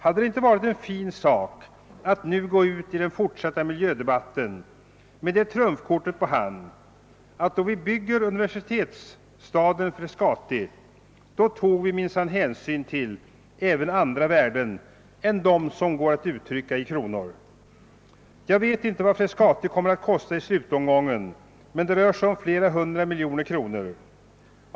Hade det inte varit en fin sak att nu gå ut i den fortsatta miljödebatten med det trumfkortet på hand, att då vi bygger universitetsstaden i Frescati tar vi minsann hänsyn även till andra värden än dem som går att uttrycka i kronor? Jag vet inte vad Frescati kommer att kosta i slutomgången, men det rör sig om flera hundra miljoner kronor.